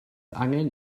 angen